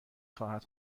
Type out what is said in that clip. خواهد